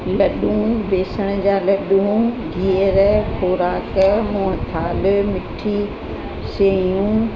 लड्डू बेसण जा लड्डू गिहर खोराक मोहनथाल पिठी सेयूं